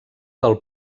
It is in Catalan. del